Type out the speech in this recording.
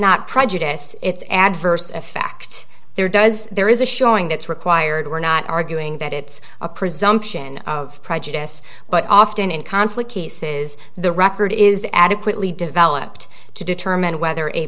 not prejudiced it's adverse effect there does there is a showing that's required we're not arguing that it's a presumption of prejudice but often in conflict cases the record is adequately developed to determine whether a